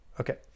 okay